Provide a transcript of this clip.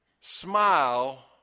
smile